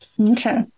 Okay